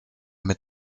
mit